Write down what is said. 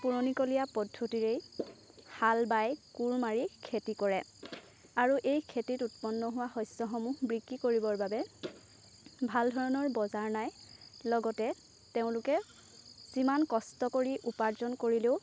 পুৰণিকলীয়া পদ্ধতিৰেই হাল বায় কোৰ মাৰি খেতি কৰে আৰু এই খেতিটোত উৎপন্ন হোৱা শস্যসমূহ বিক্ৰী কৰিবৰ বাবে ভাল ধৰণৰ বজাৰ নাই লগতে তেওঁলোকে যিমান কষ্ট কৰি উপাৰ্জন কৰিলেও